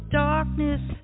darkness